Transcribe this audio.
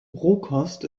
rohkost